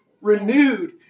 renewed